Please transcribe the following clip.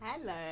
Hello